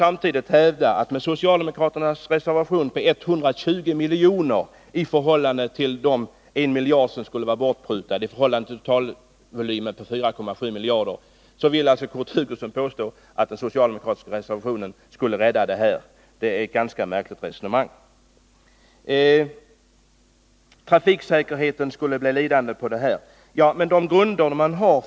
Samtidigt vill han hävda att man, med de 120 milj.kr. som socialdemokraterna föreslår i sin reservation, skulle rädda verksamheten — detta skall ses i förhållande till den miljard som vi skulle ha prutat bort och till den totala volymen 4,7 miljarder. Det är ett ganska märkligt resonemang. Trafiksäkerheten skulle bli lidande på prutningarna, säger Kurt Hugosson.